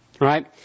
Right